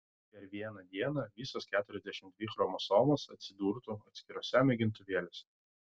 per vieną dieną visos keturiasdešimt dvi chromosomos atsidurtų atskiruose mėgintuvėliuose